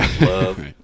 Love